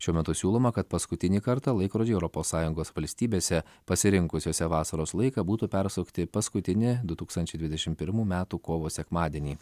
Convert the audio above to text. šiuo metu siūloma kad paskutinį kartą laikrodžiai europos sąjungos valstybėse pasirinkusiose vasaros laiką būtų persukti paskutinį du tūkstančiai dvidešimt pirmų metų kovo sekmadienį